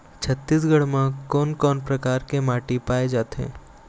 छत्तीसगढ़ म कोन कौन प्रकार के माटी पाए जाथे?